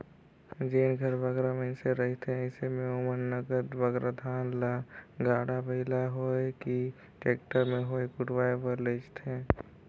जेन घरे बगरा मइनसे रहथें अइसे में ओमन नगद बगरा धान ल गाड़ा बइला में होए कि टेक्टर में होए कुटवाए बर लेइजथें